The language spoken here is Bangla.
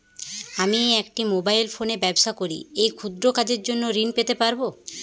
আমি একটি মোবাইল ফোনে ব্যবসা করি এই ক্ষুদ্র কাজের জন্য ঋণ পেতে পারব?